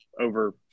over –